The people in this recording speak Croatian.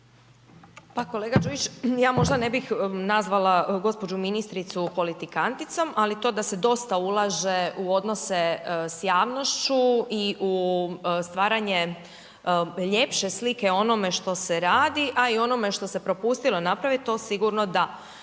Pa kolega Đujić, ja možda ne bih nazvala gospođu ministricu politikanticom, ali to da se dosta ulaže u odnose s javnošću i u stvaranje ljepše slike o onome što se radi, a i o onome što se propustilo napraviti to sigurno da.